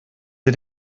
sie